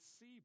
see